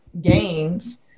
games